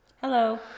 Hello